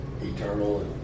eternal